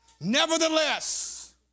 Nevertheless